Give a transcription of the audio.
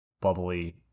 bubbly